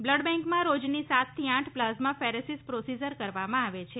blood બેન્કમાં રોજની સાત થી આઠ પ્લાઝમા ફેરેસીસ પ્રોસીઝર કરવામાં આવે છે